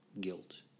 guilt